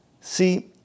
See